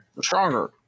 stronger